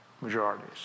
majorities